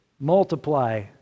Multiply